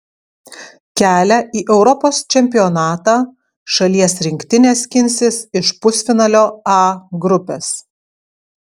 kelią į europos čempionatą šalies rinktinė skinsis iš pusfinalio a grupės